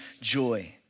joy